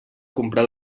comprar